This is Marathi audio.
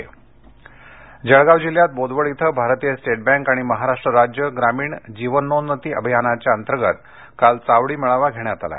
चावडी मेळावा जळगाव जळगाव जिल्ह्यात बोदवड इथं भारतीय स्टेट बँक आणि महाराष्ट्र राज्य ग्रामीण जीवनोन्नतीअभियानाच्या अंतर्गत काल चावडी मेळावा घेण्यात आला